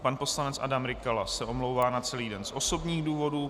Pan poslanec Adam Rykala se omlouvá na celý den z osobních důvodů.